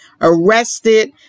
arrested